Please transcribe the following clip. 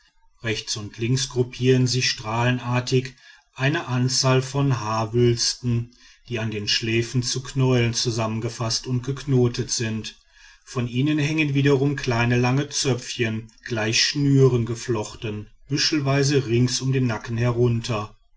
rechts und links gruppieren sich strahlenartig eine anzahl von haarwülsten die an den schläfen zu knäueln zusammengefaßt und geknotet sind von ihnen hängen wiederum kleine lange zöpfchen gleich schnüren geflochten büschelweise rings um den nacken herunter